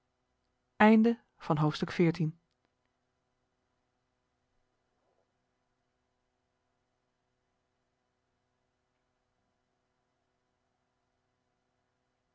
einde van het